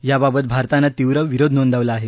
याबाबत भारतानं तीव्र विरोध नोंदवला आहे